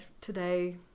today